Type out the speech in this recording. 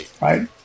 Right